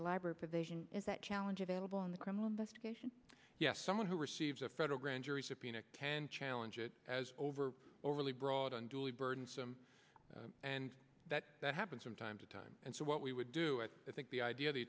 provision is that challenge available on the criminal investigation yes someone who receives a federal grand jury subpoena can challenge it as over overly broad and duly burdensome and that that happens from time to time and so what we would do it i think the idea the